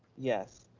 yes.